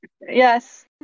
Yes